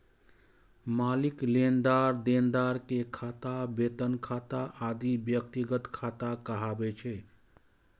मालिक, लेनदार, देनदार के खाता, वेतन खाता आदि व्यक्तिगत खाता कहाबै छै